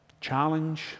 challenge